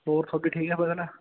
ਹੋਰ ਤੁਹਾਡੀ ਠੀਕ ਹੈ ਫਸਲ